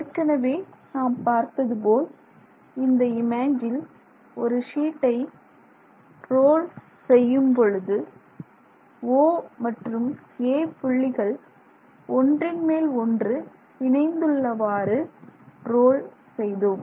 ஏற்கனவே நாம் பார்த்ததுபோல் இந்த இமேஜில் ஒரு ஷீட்டை ரோல் செய்யும் பொழுது O மற்றும் A புள்ளிகள் ஒன்றின்மேல் ஒன்று இணைந்து உள்ளவாறு ரோல் செய்தோம்